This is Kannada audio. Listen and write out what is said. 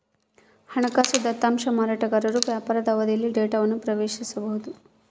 ಹಣಕಾಸು ದತ್ತಾಂಶ ಮಾರಾಟಗಾರರು ವ್ಯಾಪಾರದ ಅವಧಿಯಲ್ಲಿ ಡೇಟಾವನ್ನು ಪ್ರವೇಶಿಸಬೊದು